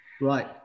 right